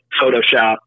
Photoshop